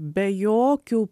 be jokių